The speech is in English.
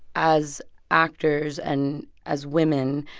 as actors and as women,